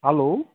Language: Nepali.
हेलो